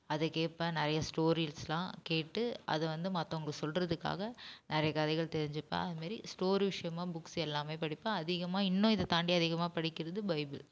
அதை கேட்பேன் நிறைய ஸ்டோரிஸ்லாம் கேட்டு அது வந்து மற்றவுங்களுக்கு சொல்லுறதுக்காக நிறைய கதைகள் தெரிஞ்சிப்பேன் அது மாரி ஸ்டோரி விஷியமாக புக்ஸ் எல்லாமே படிப்பேன் அதிகமாக இன்னும் இதை தாண்டி அதிகமாக படிக்கிறது பைபிள்